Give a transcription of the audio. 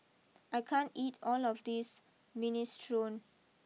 I can't eat all of this Minestrone